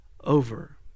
over